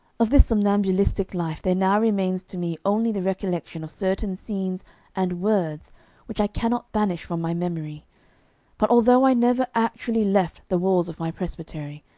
of this somnambulistic life there now remains to me only the recollection of certain scenes and words which i cannot banish from my memory but although i never actually left the walls of my presbytery,